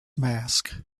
mask